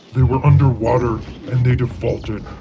they were underwater, and they defaulted.